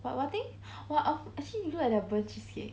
what what thing what !wah! actually you look at the burnt cheesecake